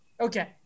Okay